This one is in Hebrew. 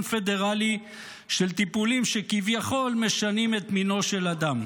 פדרלי של טיפולים שכביכול משנים את מינו של אדם,